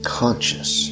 conscious